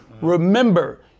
Remember